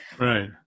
Right